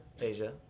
Asia